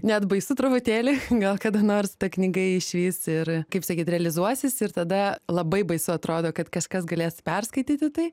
net baisu truputėlį gal kada nors ta knyga išvys ir kaip sakyti realizuosis ir tada labai baisu atrodo kad kažkas galės perskaityti tai